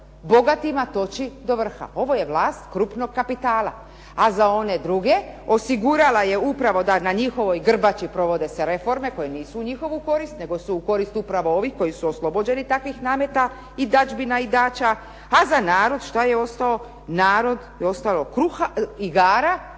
bogatima toči do vrha. Ovo je vlast krupnog kapitala. A za one druge osigurala je upravo da na njihovoj grbači se provode reforme koje nisu u njihov korist nego su u korist upravo ovih koji su oslobođeni takvih nameta, dadžbina i dača a za narod što je ostao, narod je ostao kruha, igara